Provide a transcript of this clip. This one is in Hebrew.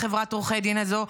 בחברת עורכי הדין הזאת,